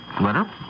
letter